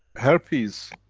herpes